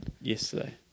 yesterday